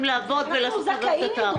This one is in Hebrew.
לעבוד ולעשות --- אנחנו זכאים לדרוש.